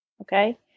okay